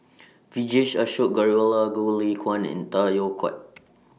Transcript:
Vijesh Ashok Ghariwala Goh Lay Kuan and Tay Yom quiet